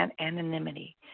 anonymity